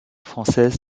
française